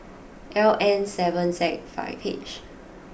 L N seven Z five H